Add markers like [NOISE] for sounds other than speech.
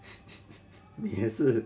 [LAUGHS] 你也是